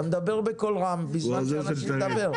אתה מדבר בקול רם בזמן שאנשים מדברים.